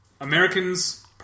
Americans